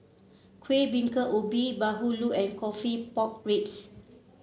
Kueh Bingka Ubi bahulu and coffee Pork Ribs